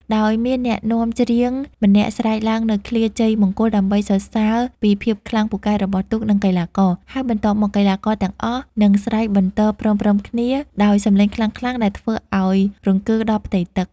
ដោយមានអ្នកនាំច្រៀងម្នាក់ស្រែកឡើងនូវឃ្លាជ័យមង្គលដើម្បីសរសើរពីភាពខ្លាំងពូកែរបស់ទូក និងកីឡាករ ហើយបន្ទាប់មកកីឡាករទាំងអស់នឹងស្រែកបន្ទរព្រមៗគ្នាដោយសំឡេងខ្លាំងៗដែលធ្វើឱ្យរង្គើដល់ផ្ទៃទឹក។